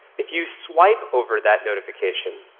if you swipe over that notification,